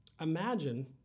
Imagine